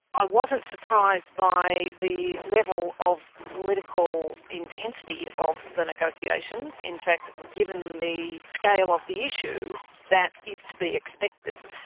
i wasn't surprised by the level of political intensity of the negotiations, in fact given the scale of the issue that is to be expected.